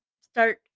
start